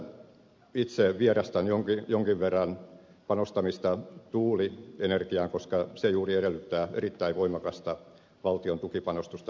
tässä mielessä itse vierastan jonkin verran panostamista tuulienergiaan koska se juuri edellyttää erittäin voimakasta valtion tukipanostusta